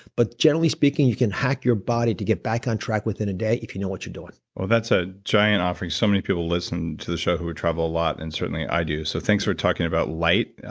but generally speaking, you can hack your body to get back on track within a day if you know what you're doing. that's a giant offering. so many people listen to the show who travel a lot and certainly i do so thanks for talking about light.